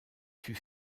fut